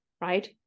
Right